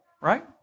right